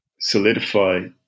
solidify